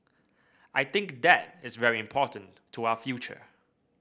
I think that is very important to our future